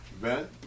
Ben